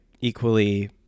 equally